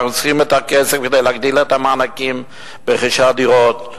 אנחנו צריכים את הכסף כדי להגדיל את המענקים לרכישת דירות,